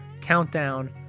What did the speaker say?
Countdown